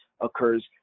occurs